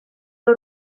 nhw